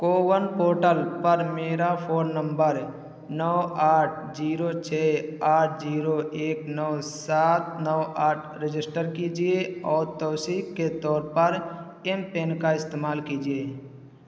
CoWIN portal پر میرا phone number نو آٹھ زیرو چھ آٹھ زیرو ایک نو سات نو آٹھ رجسٹر کیجیے اور توثیق کے طور پر ایم پن کا استعمال کیجیے